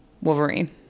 Wolverine